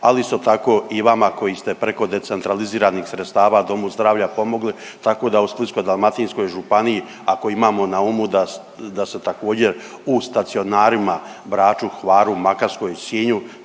ali isto tako i vama koji ste preko decentraliziranih sredstava domu zdravlja pomogli tako da u Splitsko-dalmatinskoj županiji ako imamo na umu da, da se također u stacionarima Braču, Hvaru, Makarskoj i u